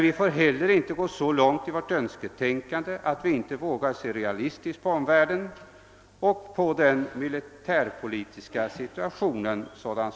Vi får dock inte gå så långt i vårt önsketänkande, att vi inte vågar se realistiskt på omvärlden och på den faktiska militärpolitiska situationen.